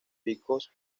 picos